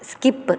skip